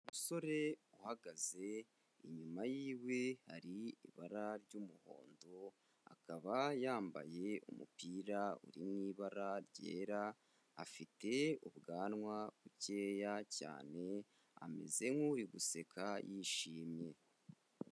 Umusore uhagaze inyuma yiwe hari ibara ry'umuhondo, akaba yambaye umupira uri mu ibara ryera, afite ubwanwa bukeya cyane, ameze nk'uri guseka yishimye.